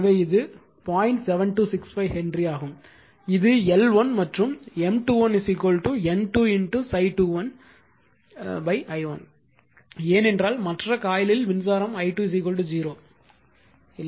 7265 henry ஆகும் இது L1 மற்றும் M21 N2 ∅21 ∅2 i1 ஏனென்றால் மற்ற காயிலில் மின்சாரம் i2 0 இல்லை